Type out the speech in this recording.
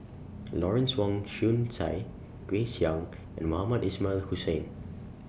Lawrence Wong Shyun Tsai Grace Young and Mohamed Ismail Hussain